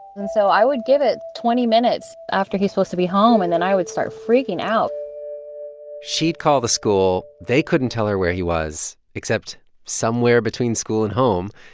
and so i would give it twenty minutes after he's supposed to be home, and then i would start freaking out she'd call the school. they couldn't tell her where he was, except somewhere between school and home.